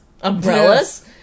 Umbrellas